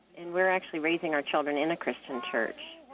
and we're actually raising our children in a christian church.